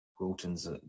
Wilton's